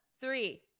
three